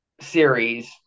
series